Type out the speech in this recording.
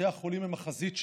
בתי החולים הם החזית שלנו,